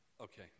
Okay